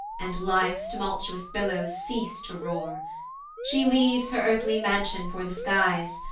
and life's tumultuous billows cease to roar she leaves her earthly mansion for the skies,